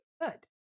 good